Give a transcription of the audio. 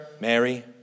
Mary